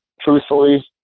truthfully